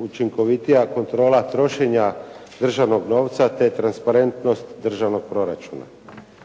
učinkovitija kontrola trošenja državnog novca, te transparentnost državnog proračuna.